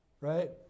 right